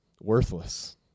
worthless